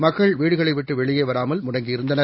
மக்கள் வீடுகளை விட்டு வெளியே வராமல் முடங்கி இருந்தனர்